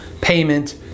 payment